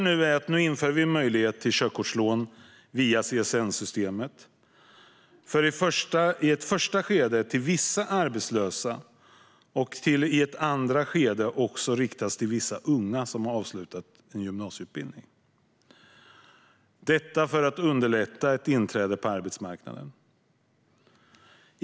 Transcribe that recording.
Nu införs en möjlighet till körkortslån via CSN-systemet. I ett första skede är det riktat till vissa arbetslösa, och i ett andra skede riktas det också till vissa unga som har avslutat en gymnasieutbildning. Detta ska underlätta ett inträde på arbetsmarknaden.